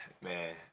man